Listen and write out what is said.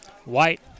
White